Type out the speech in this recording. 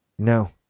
No